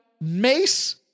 Mace